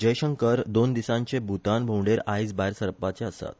जयशंकर दोन दिसांचे भूतान भोंवडेर आयज भायर सरपाचे आसात